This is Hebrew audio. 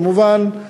כמובן,